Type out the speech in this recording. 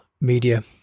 media